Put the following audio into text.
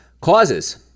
causes